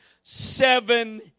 seven